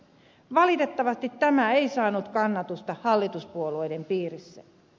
valitettavasti tämä ei saanut kannatusta hallituspuolueiden piirissä